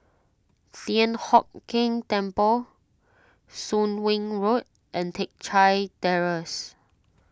Thian Hock Keng Temple Soon Wing Road and Teck Chye Terrace